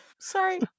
Sorry